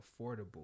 affordable